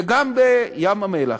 וגם בים-המלח.